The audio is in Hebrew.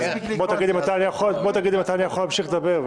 --- בוא תגיד לי מתי אני יכול להמשיך לדבר.